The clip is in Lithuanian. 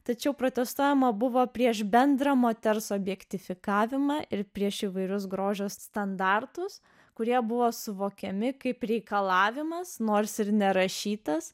tačiau protestuojama buvo prieš bendrą moters objekte fiksavimą ir prieš įvairius grožio standartus kurie buvo suvokiami kaip reikalavimas nors ir nerašytas